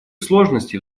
сложности